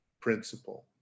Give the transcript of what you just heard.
principle